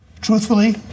Truthfully